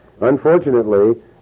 Unfortunately